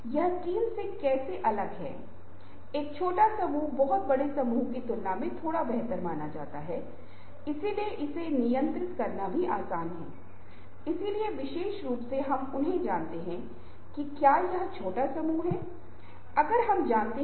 इसलिए यदि आप इस कथन का विश्लेषण करते हैं तो आप पाएंगे कि तीन मार्कर इससे बाहर आ रहे हैं कुछ लक्ष्य निर्देशित गतिविधियों को करते समय व्यवहार जो समय के प्रभावी उपयोग को प्राप्त करने का लक्ष्य रखते हैं